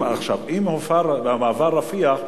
אם הופר במעבר רפיח,